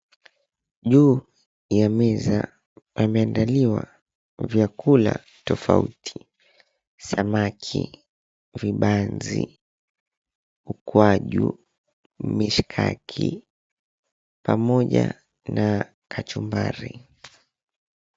Juu ya meza pameandaliwa vyakula tofauti; samaki, vibanzi, ukwaju, mishikaki pamoja na kachumbari.